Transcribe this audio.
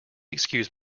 excuse